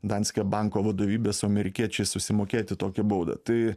danske banko vadovybės amerikiečiai susimokėti tokią baudą tai